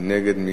מי נגד?